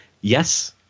Yes